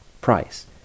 price